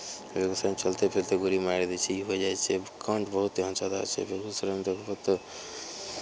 बेगूसरायमे चलते फिरते गोली मारि दै छै ई होइ जाइ छै कांड बहुत एहन सारा छै बेगूसरायमे तऽ बहुत